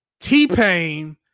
T-Pain